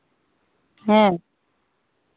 ᱦᱮᱸ